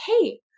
Hey